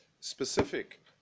specific